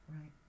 Right